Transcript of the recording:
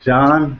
John